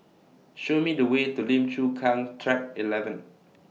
Show Me The Way to Lim Chu Kang Track eleven